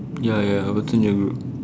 ya ya ya a person in a group